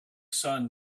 sun